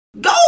Go